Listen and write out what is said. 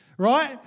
Right